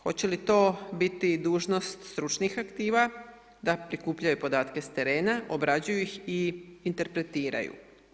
Hoće li to biti dužnost stručnih aktiva da prikupljaju podatke s terena, obrađuju ih i interpretiraju?